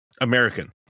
American